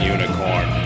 Unicorn